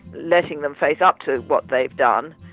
letting them face up to what they've done,